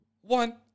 One